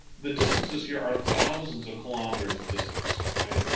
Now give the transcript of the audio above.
the distances here are thousands of kilometers of distance, right.